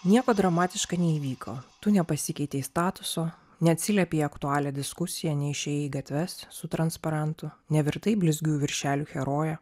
nieko dramatiška neįvyko tu nepasikeitei statuso neatsiliepei į aktualią diskusiją neišėjai į gatves su transparantu nevirtai blizgių viršelių heroje